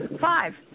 Five